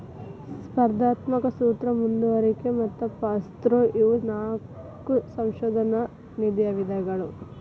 ಸ್ಪರ್ಧಾತ್ಮಕ ಸೂತ್ರ ಮುಂದುವರಿಕೆ ಮತ್ತ ಪಾಸ್ಥ್ರೂ ಇವು ನಾಕು ಸಂಶೋಧನಾ ನಿಧಿಯ ವಿಧಗಳು